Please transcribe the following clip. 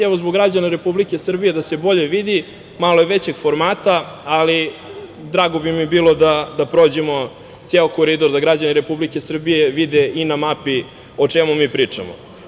Evo, zbog građana Republike Srbije, da se bolje vidi, malo je većeg formata, ali bi mi bilo drago da prođemo ceo koridor, da građani Republike Srbije vide i na mapi o čemu mi pričamo.